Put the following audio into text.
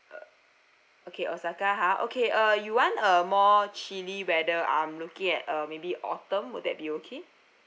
uh okay osaka ha okay uh you want a more chilly weather I'm looking at uh maybe autumn would that be okay